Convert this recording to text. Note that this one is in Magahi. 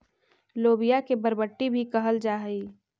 लोबिया के बरबट्टी भी कहल जा हई